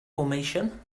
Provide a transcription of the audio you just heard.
formation